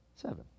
seven